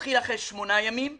התחיל אחרי שמונה ימים והסתיים,